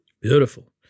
Beautiful